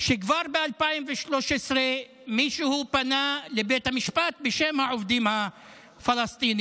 שכבר ב-2013 מישהו פנה לבית המשפט בשם העובדים הפלסטינים,